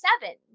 seven